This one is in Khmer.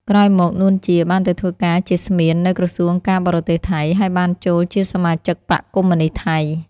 ក្រោយមក នួន ជា បានទៅធ្វើការជាស្មៀន នៅក្រសួងការបរទេសថៃ ហើយបានចូលជាសមាជិកបក្សកុម្មុយនិស្តថៃ។